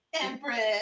Empress